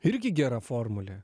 irgi gera formulė